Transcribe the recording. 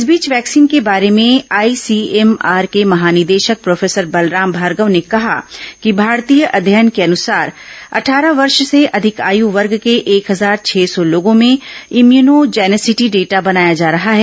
इस बीच वैक्सीन के बारे में आईसीएमआर के महानिदेशक प्रोफेसर बलराम भार्गव ने कहा कि भारतीय अध्ययन के अनुसार अटठारह वर्ष से अधिक आयू वर्ग के एक हजार छह सौ लोगों में इम्यूनो जेनेसिटी डेटा बनाया जा रहा है